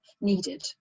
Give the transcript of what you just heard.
needed